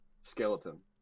Skeleton